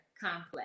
complex